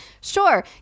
sure